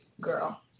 girl